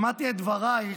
שמעתי את דברייך,